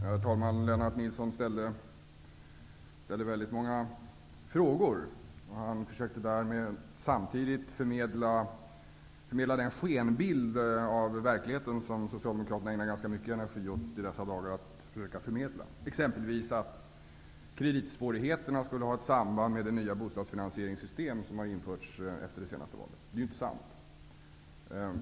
Herr talman! Lennart Nilsson ställde många frågor, och han försökte därmed samtidigt förmedla den skenbild av verkligheten som Socialdemokraterna i dessa dagar ägnar mycken energi åt att ta fram. Det är exempelvis att kreditsvårigheterna skulle ha något samband med det nya bostadsfinansieringssystem som har införts efter det senaste valet. Det är inte sant.